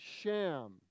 sham